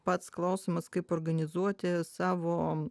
pats klausimas kaip organizuoti savo